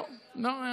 לא.